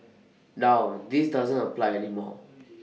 now this doesn't apply any more